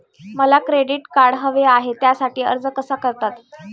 मला credit card हवे आहे त्यासाठी अर्ज कसा करतात?